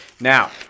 Now